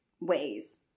ways